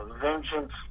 Vengeance